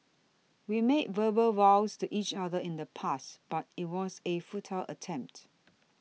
we made verbal vows to each other in the past but it was a futile attempt